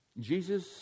Jesus